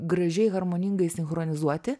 gražiai harmoningai sinchronizuoti